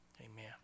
Amen